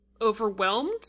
overwhelmed